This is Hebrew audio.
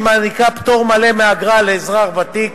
שמעניקה פטור מלא מאגרה לאזרח ותיק,